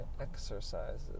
exercises